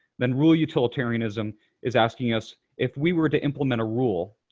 then rule utilitarianism is asking us if we were to implement a rule